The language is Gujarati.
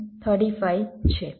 35 છે